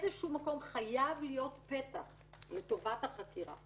איזשהו פתח שנותן את הגמישות גם לגופי החקירה.